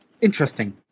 interesting